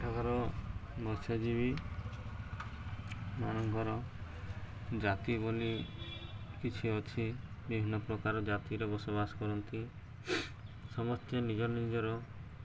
ଏଠାକାର ମତ୍ସ୍ୟଜୀବୀମାନଙ୍କର ଜାତି ବୋଲି କିଛି ଅଛି ବିଭିନ୍ନ ପ୍ରକାର ଜାତିରେ ବସବାସ କରନ୍ତି ସମସ୍ତେ ନିଜ ନିଜର